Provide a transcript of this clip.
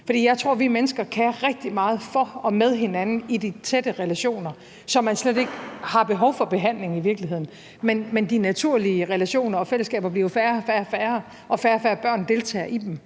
for jeg tror, at vi mennesker kan rigtig meget for og med hinanden i de tætte relationer, så man i virkeligheden slet ikke har behov for behandling. Men de naturlige relationer og fællesskaber bliver jo færre og færre, og færre og færre børn deltager i dem.